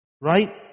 Right